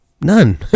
None